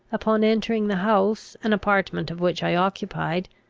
upon entering the house, an apartment of which i occupied,